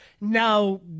Now